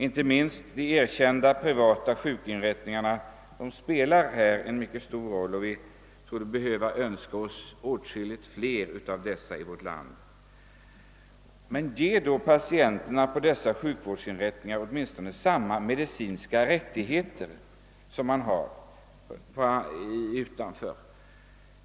Inte minst de erkända privata sjukvårdsinrättningarna spelar här en stor roll. Vi torde behöva önska oss mycket flera sådana i vårt land. Men ge då patienterna på dessa sjukvårdsinrättningar åtminstone samma medicinska rättigheter som man har utanför!